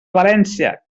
valència